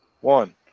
One